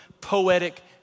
poetic